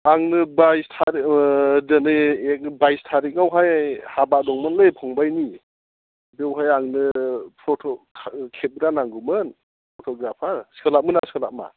आंनो बाइसथारिक दिनै बाइस थारिकावहाय हाबा दंमोनलै फंबायनि बेवहाय आंनो फथ' खेबग्रा नांगौमोन फथ'ग्राफार सोलाबगोनना सोलाबा